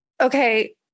okay